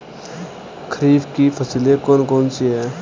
खरीफ की फसलें कौन कौन सी हैं?